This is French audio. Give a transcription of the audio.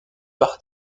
par